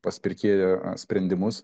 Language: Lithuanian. pas pirkėją sprendimus